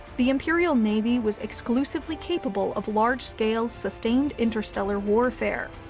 the imperial navy was exclusively capable of large-scale, sustained interstellar warfare.